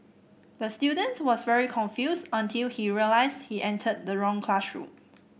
the student was very confused until he realised he entered the wrong classroom